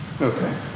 Okay